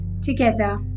together